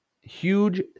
Huge